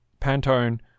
Pantone